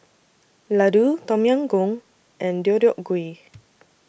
Ladoo Tom Yam Goong and Deodeok Gui